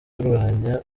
turwanya